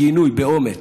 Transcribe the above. גינוי באומץ.